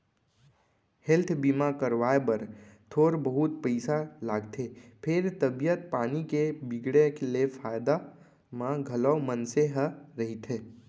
health बीमा करवाए बर थोर बहुत पइसा लागथे फेर तबीयत पानी के बिगड़े ले फायदा म घलौ मनसे ह रहिथे